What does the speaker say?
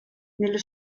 nello